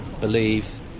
believe